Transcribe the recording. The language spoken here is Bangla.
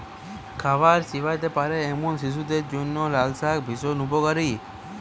খাবার চিবোতে পারে এমন শিশুদের জন্য লালশাক ভীষণ উপকারী